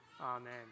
Amen